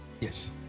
Yes